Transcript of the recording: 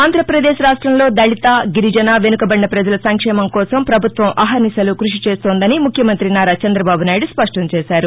ఆంధ్రాపదేశ్ రాష్ట్రంలో దళిత గిరిజన వెనకబడిన ప్రజల సంక్షేమం కోసం పభుత్వం అహర్నిశలు క ృషి చేస్తోందని ముఖ్యమంత్రి నారా చంద్రబాబునాయుడు స్పష్టం చేశారు